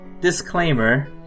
Disclaimer